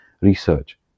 research